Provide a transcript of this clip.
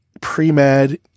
pre-med